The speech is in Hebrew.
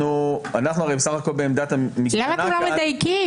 אנחנו בסך הכול בעמדת --- למה אתם לא מדייקים?